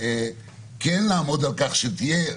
כן לעמוד על כך שתהיה,